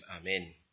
Amen